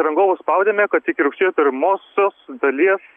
rangovus spaudėme kad iki rugsėjo pirmosios dalies